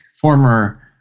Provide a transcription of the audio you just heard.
former